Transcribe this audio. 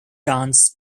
dance